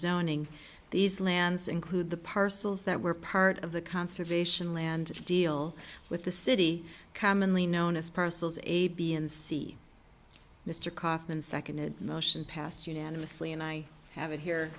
zoning these lands include the parcels that were part of the conservation land deal with the city commonly known as parcels a b and c mr kaufman seconded motion passed unanimously and i have it here